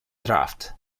draft